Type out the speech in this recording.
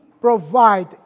provide